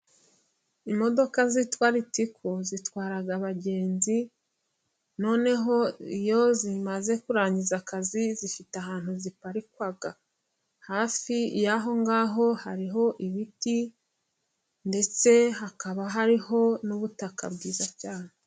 Imodoka zitwa ritiko zitwara abagenzi, noneho iyo zimaze kurangiza akazi, zifite ahantu ziparikwa hafi y'aho ngaho hariho ibiti ndetse hakaba hariho n'ubutaka bwiza cyane.